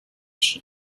she